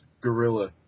gorilla